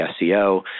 SEO